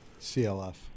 CLF